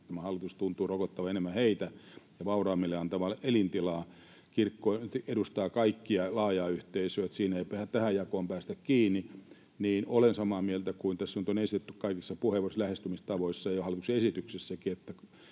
Tämä hallitus tuntuu rokottavan enemmän heitä ja vauraammille antavan elintilaa. Kirkko edustaa kaikkia, laajaa yhteisöä, eli siinä ei tähän jakoon päästä kiinni. Olen samaa mieltä kuin tässä nyt on esitetty kaikissa puheenvuoroissa, lähestymistavoissa ja hallituksen esityksessäkin,